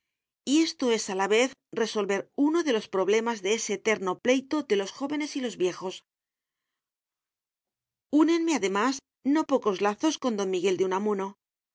y esto es a la vez resolver uno de los problemas de ese eterno pleito de los jóvenes y los viejos únenme además no pocos lazos con don miguel de unamuno